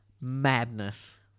Madness